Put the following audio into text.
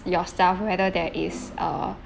your staff whether there is err